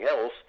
else